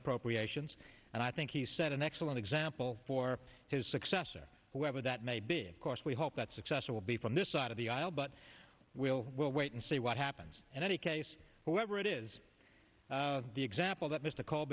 appropriations and i think he's set an excellent example for his successor whoever that may be course we hope that successor will be from this side of the aisle but we'll we'll wait and see what happens and any case whoever it is the example that m